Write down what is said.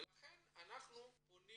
לכן אנחנו פונים